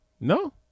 No